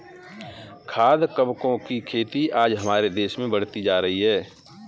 खाद्य कवकों की खेती आज हमारे देश में बढ़ती जा रही है